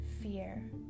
fear